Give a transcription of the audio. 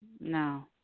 No